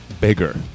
bigger